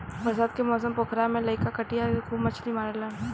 बरसात के मौसम पोखरा में लईका कटिया से खूब मछली मारेलसन